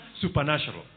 supernatural